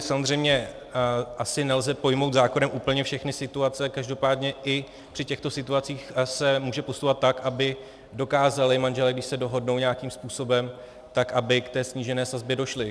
Samozřejmě asi nelze pojmout zákonem úplně všechny situace, každopádně i při těchto situacích se může postupovat tak, aby dokázali manželé, když se dohodnou nějakým způsobem, tak aby k té snížené sazbě došli.